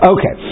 Okay